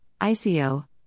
ICO